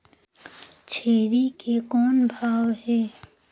छेरी के कौन भाव हे?